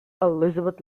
elizabeth